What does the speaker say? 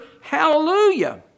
hallelujah